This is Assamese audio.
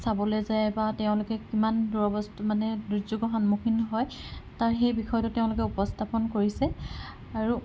চাবলে যায় বা তেওঁলোকে কিমান মানে দুৰ্যোগৰ সন্মুখীন হয় তাৰ সেই বিষয়টো তেওঁলোকে উপস্থাপন কৰিছে আৰু